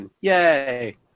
yay